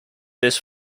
this